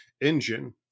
engine